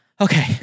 okay